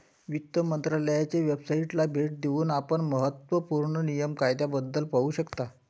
वित्त मंत्रालयाच्या वेबसाइटला भेट देऊन आपण महत्त्व पूर्ण नियम कायद्याबद्दल पाहू शकता